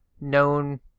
known